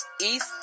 East